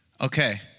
Okay